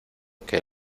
que